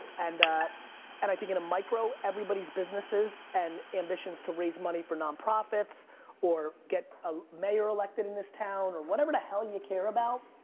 and and i think in a micro, everybody's businesses and ambitions to raise money for nonprofits or get a mayor elected in this town, or whatever the hell you care about,